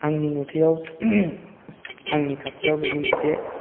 आंनि नुथाइयाव आंनि खाथियाव बेनो मोनसे